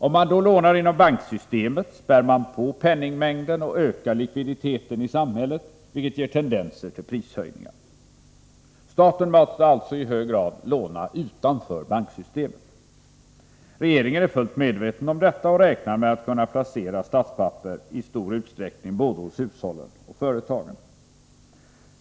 Om man lånar inom banksystemet spär man på penningmängden och ökar likviditeten i samhället, vilket ger tendenser till prishöjningar. Staten måste alltså i hög grad låna utanför banksystemet. Regeringen är fullt medveten om detta och räknar med att i stor utsträckning kunna placera statspapper både hos hushållen och hos företagen.